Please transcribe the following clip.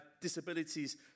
disabilities